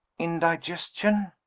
indigestion?